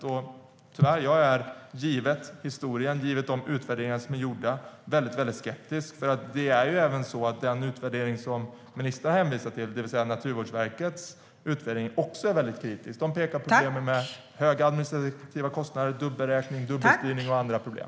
Jag är tyvärr, givet historien och de utvärderingar som är gjorda, väldigt skeptisk. Den utvärdering som ministern hänvisar till, Naturvårdsverkets utvärdering, är också kritisk. I den pekar man på problemen med höga administrativa kostnader, dubbelräkning, dubbelstyrning och andra problem.